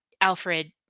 Alfred